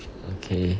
okay